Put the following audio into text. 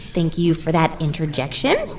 thank you for that interjection.